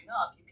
up